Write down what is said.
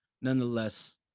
Nonetheless